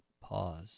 Pause